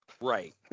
right